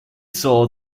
saw